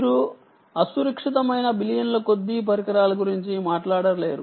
మీరు అసురక్షితమైన బిలియన్ల కొద్దీ పరికరాల గురించి మాట్లాడలేరు